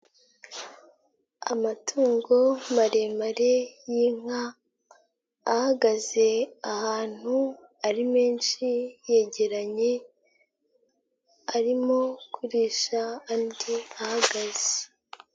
Amatungo maremare y'inka, ahagaze ahantu ari menshi yegeranye, arimo kurisha, andi ahagaze.